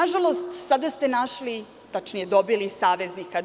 Nažalost, sada ste našli, tačnije dobili saveznika.